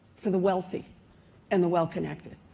for the wealthy and the well-connected.